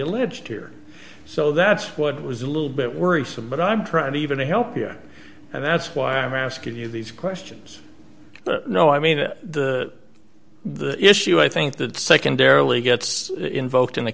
alleged here so that's what was a little bit worrisome but i'm trying to even to help you and that's why i'm asking you these questions no i mean the the issue i think that secondarily gets invoked in the